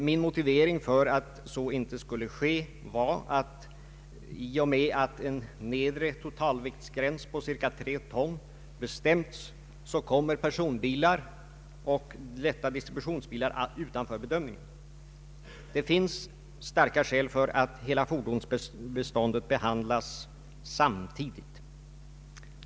Min motivering för att så inte skulle ske var också att, i och med att en nedre totalviktsgräns på tre ton bestämts, personbilar och lätta distributionsbilar kommer utanför bedömningen. Det finns starka skäl för att hela fordonsbeståndet behandlas samtidigt.